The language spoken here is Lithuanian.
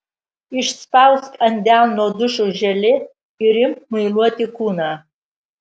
išspausk ant delno dušo želė ir imk muiluoti kūną